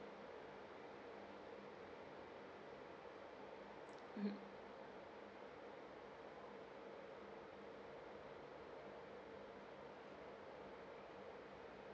mmhmm